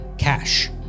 cash